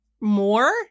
More